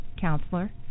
counselor